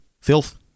filth